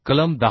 कलम10